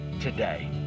today